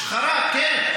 השחרה, כן.